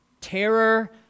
terror